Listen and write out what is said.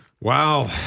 Wow